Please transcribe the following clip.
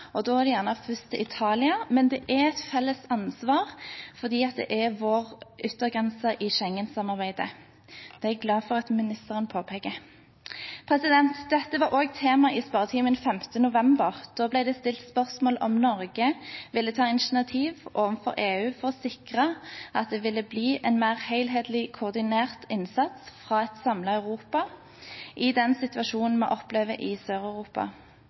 og da er det gjerne først Italia, men det er et felles ansvar, fordi Europas yttergrense er vår yttergrense i Schengen-samarbeidet. Det er jeg glad for at ministeren påpeker. Dette var også tema i spørretimen 5. november. Da ble det stilt spørsmål om Norge ville ta initiativ overfor EU for å sikre at det ville bli en mer helhetlig koordinert innsats fra et samlet Europa i den situasjonen vi opplever i